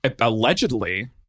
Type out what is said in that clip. Allegedly